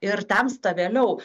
ir temsta vėliau